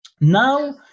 Now